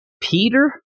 peter